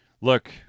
look